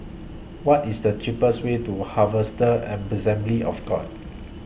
What IS The cheapest Way to Harvester Assembly of God